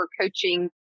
coaching